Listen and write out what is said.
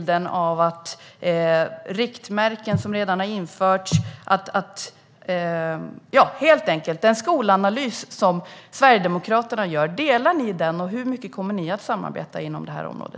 Delar ni den skolanalys som Sverigedemokraterna gör? Hur mycket kommer ni att samarbeta inom detta område?